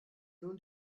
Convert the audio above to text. nun